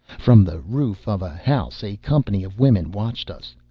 from the roof of a house a company of women watched us.